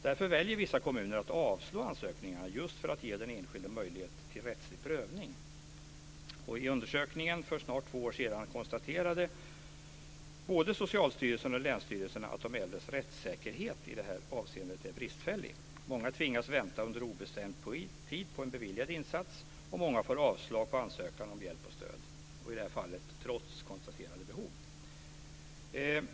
Därför väljer vissa kommuner att avslå ansökningarna, just för att ge den enskilde möjlighet till rättslig prövning. I undersökningen för snart två år sedan konstaterade både Socialstyrelsen och länsstyrelserna att de äldres rättssäkerhet i det här avseendet är bristfällig. Många tvingas vänta under obestämd tid på en beviljad insats, och många får avslag på ansökan om hjälp och stöd, i det här fallet trots konstaterade behov.